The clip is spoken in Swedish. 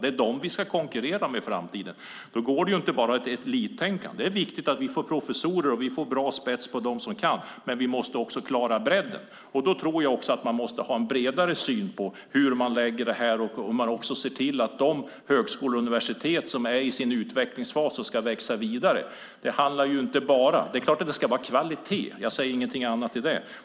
Det är dem vi ska konkurrera med i framtiden. Då går det inte att bara ha ett elittänkande. Det är viktigt att vi får professorer och att vi får en bra spets på dem som kan, men vi måste också klara bredden. Då tror jag också att man måste ha en bredare syn på hur man lägger resurserna för att också se till de högskolor och universitet som är i sin utvecklingsfas och ska växa vidare. Det är klart att det ska vara kvalitet. Jag säger ingenting annat.